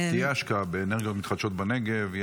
תהיה השקעה באנרגיות מתחדשות בנגב.